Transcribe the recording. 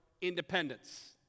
independence